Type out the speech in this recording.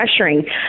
pressuring